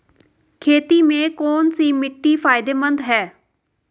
खेती में कौनसी मिट्टी फायदेमंद है?